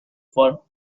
for